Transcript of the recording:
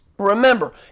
remember